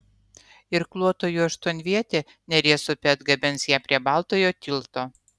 irkluotojų aštuonvietė neries upe atgabens ją prie baltojo tilto